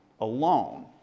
alone